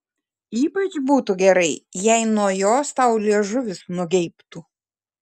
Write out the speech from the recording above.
ypač būtų gerai jei nuo jos tau liežuvis nugeibtų